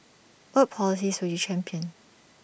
what policies will you champion